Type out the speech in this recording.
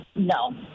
No